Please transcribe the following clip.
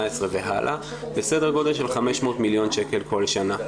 והלאה בסדר גודל של 500 מיליון שקל כל שנה.